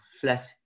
flat